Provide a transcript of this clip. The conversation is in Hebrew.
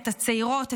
את הצעירות,